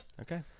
Okay